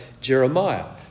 Jeremiah